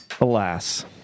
alas